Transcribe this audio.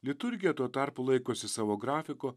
liturgija tuo tarpu laikosi savo grafiko